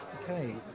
okay